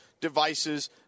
devices